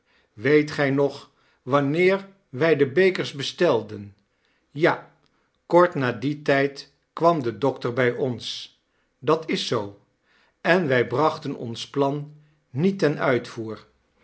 weet gij nog wanneer wij de bekers bestelden ja kort na dien tijd kwam de dokter bij ons dat is zoo en wij brachten ons plan niet ten uitvoer